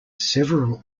several